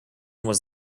was